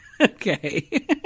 Okay